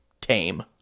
tame